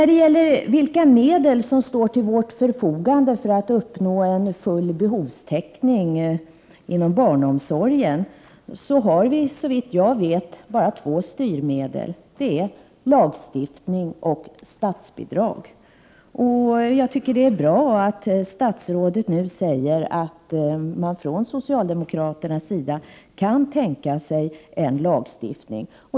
De styrmedel som står till vårt förfogande för att uppnå en full behovstäckning inom barnomsorgen är, såvitt jag vet, bara två. Det är lagstiftning och statsbidrag. Jag tycker att det är bra att statsrådet nu säger att socialdemokraterna kan tänka sig en lagstiftning.